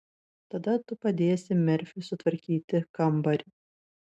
tada tu padėsi merfiui sutvarkyti kambarį